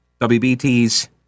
WBT's